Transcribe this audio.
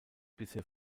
bisher